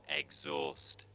exhaust